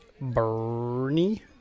Bernie